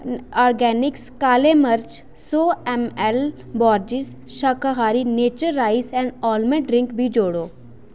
organic काले मर्च सौ ऐम्मऐल्ल बोर्जेस्स शाकाहारी nature rice and almond drink बी जोड़ो